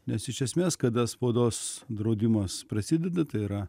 nes iš esmės kada spaudos draudimas prasideda tai yra